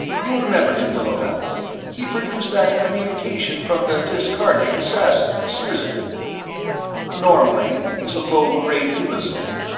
you remember him, dallona he produced that communication from the discarnate assassin, sirzim. normally, he's a low-grade imbecile,